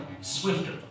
swifter